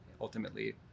ultimately